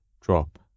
drop